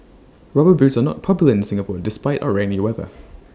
rubber boots are not popular in Singapore despite our rainy weather